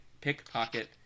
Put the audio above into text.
pickpocket